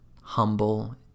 humble